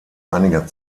einiger